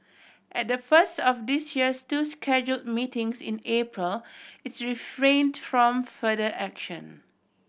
at the first of this year's two schedule meetings in April it's refrain to from further action